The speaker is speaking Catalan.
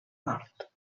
nord